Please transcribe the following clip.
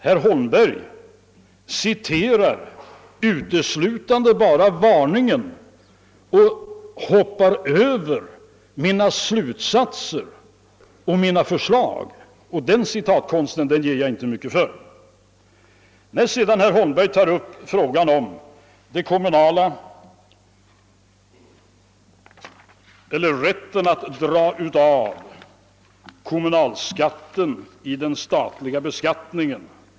Herr Holmberg citerar uteslutande varningen och hoppar över mina slutsatser och mina förslag, och den citatkonsten ger jag inte mycket för. Herr Holmberg tar vidare upp frågan om rätten att dra av kommunalskatten i den statliga beskattningen.